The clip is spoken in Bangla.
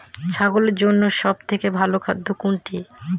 ছাগলের জন্য সব থেকে ভালো খাদ্য কোনটি?